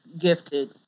gifted